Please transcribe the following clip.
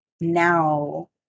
now